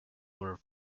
were